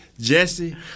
Jesse